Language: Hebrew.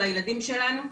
על הילדים שלנו.